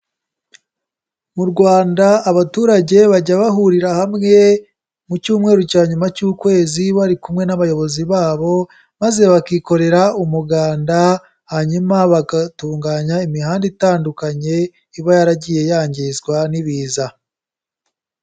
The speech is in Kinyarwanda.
Mu Rwanda abaturage bajya bahurira hamwe, mu cyumweru cya nyuma cy'ukwezi bari kumwe n'abayobozi babo, maze bakikorera umuganda hanyuma bagatunganya imihanda itandukanye iba yaragiye yangizwa n'ibiza.